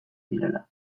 direla